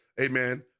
amen